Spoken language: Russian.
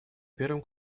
первым